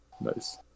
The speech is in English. Nice